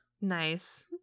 nice